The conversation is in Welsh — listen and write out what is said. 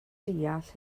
deall